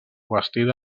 bastida